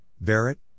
Barrett